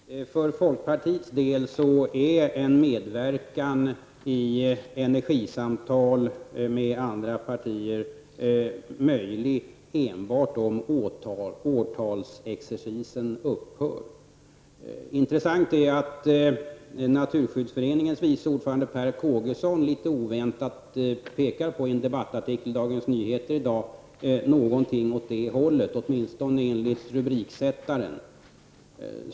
Fru talman! För folkpartiets del är en medverkan i energisamtal med andra partier möjlig enbart om årtalsexercisen upphör. Intressant är att Naturskyddsföreningens vice ordförande Per Kågeson i en debattartikel i Dagens Nyheter i dag litet oväntat pekar på någonting åt det hållet, åtminstone enligt rubriksättaren.